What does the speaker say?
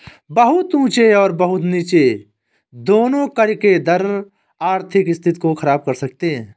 बहुत ऊँचे और बहुत नीचे दोनों कर के दर आर्थिक स्थिति को ख़राब कर सकते हैं